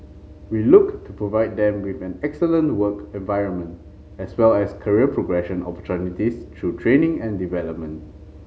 we look to provide them with an excellent work environment as well as career progression opportunities through training and development